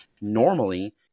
normally